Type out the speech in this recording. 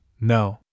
no